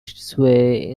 sway